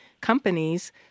companies